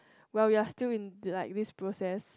well you're still like in this process